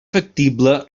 factible